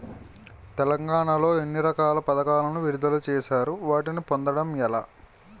తెలంగాణ లో ఎన్ని రకాల పథకాలను విడుదల చేశారు? వాటిని పొందడం ఎలా?